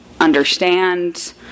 understand